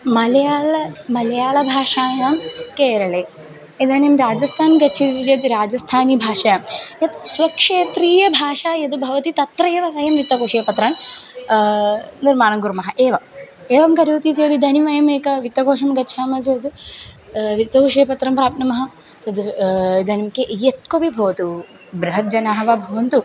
मलयाळ मलयाळभाषायां केरळे इदानीं राजस्थानं गच्छति चेत् राजस्थानीय भाषायां यत् स्वक्षेत्रीयभाषा यद् भवति तत्रैव वयं वित्तकोषपत्रस्य निर्माणं कुर्मः एवम् एवं करोति चेत् इदानीं वयम् एक वित्तकोषं गच्छामः चेत् वित्तकोषपत्रं प्राप्नुमः तद् इदानीं के यत्कोपि भवतु बृहज्जनाः वा भवन्तु